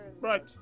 Right